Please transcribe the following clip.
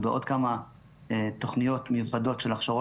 ובעוד כמה תוכניות מיוחדות של הכשרות